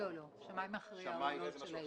שמאי מכריע זה משהו אחר.